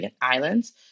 islands